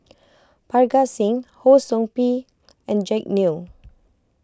Parga Singh Ho Sou Ping and Jack Neo